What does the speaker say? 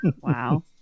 Wow